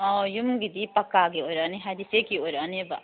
ꯑꯥ ꯌꯨꯝꯒꯤꯗꯤ ꯄꯛꯀꯥꯒꯤ ꯑꯣꯏꯔꯛꯑꯅꯤ ꯍꯥꯏꯕꯗꯤ ꯆꯦꯛꯀꯤ ꯑꯣꯏꯔꯛꯑꯅꯦꯕ